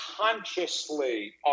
consciously